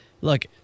Look